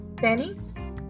tennis